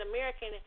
American